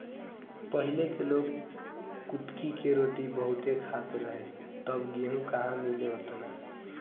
पहिले के लोग कुटकी के रोटी बहुते खात रहे तब गेहूं कहां मिले ओतना